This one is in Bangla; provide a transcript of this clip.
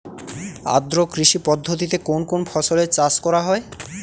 আদ্র কৃষি পদ্ধতিতে কোন কোন ফসলের চাষ করা হয়?